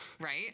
right